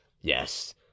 yes